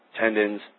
tendons